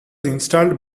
installed